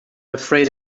afraid